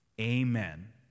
Amen